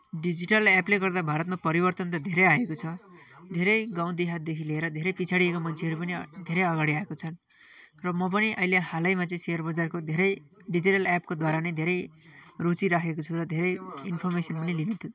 digital एपले गर्दा भारतमा परिवर्तन त धेरै आएको छ धेरै गाउँ देहातदेखि लिएर धेरै पिछाडिएका मान्छेहरू पनि धेरै अगाडि आएको छन् र म पनि अहिले हालैमा चै सेयर बजारको धेरै डिजिटल एपकोद्वारा नै धेरै रोजिराखेको छु र धेरै इन्फर्मेसन पनि लिनु खोद